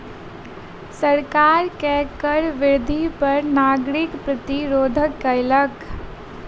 सरकार के कर वृद्धि पर नागरिक प्रतिरोध केलक